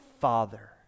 Father